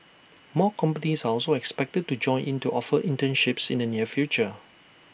more companies are also expected to join in to offer internships in the near future